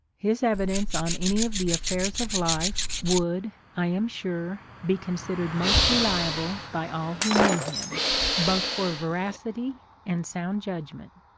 his evidence on any of the affairs of life would, i am sure, be consid ered most reliable by all who knew him both for veracity and sound judgment.